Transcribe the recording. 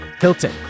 Hilton